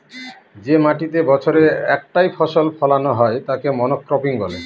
যে মাটিতেতে বছরে একটাই ফসল ফোলানো হয় তাকে মনোক্রপিং বলে